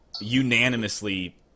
unanimously